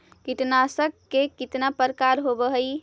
कीटनाशक के कितना प्रकार होव हइ?